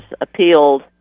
appealed